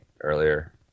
earlier